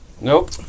Nope